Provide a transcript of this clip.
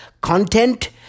content